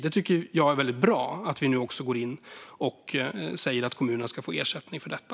Jag tycker att det är bra att vi nu säger att kommunerna ska få ersättning för detta.